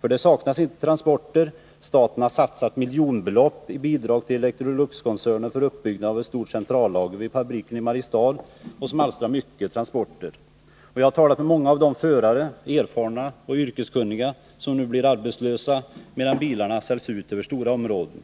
För det saknas inte transporttillfällen! Staten har satsat miljonbelopp i bidrag till Electroluxkoncernen för uppbyggnad av ett stort centrallager vid fabriken i Mariestad, och det alstrar mycket transporter. 73 Jag har talat med många av de förare, erfarna och yrkeskunniga, som nu blir arbetslösa, medan bilarna säljs ut över stora områden.